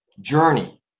journey